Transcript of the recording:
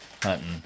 hunting